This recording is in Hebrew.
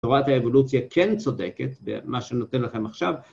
תורת האבולוציה כן צודקת, ומה שנותן לכם עכשיו...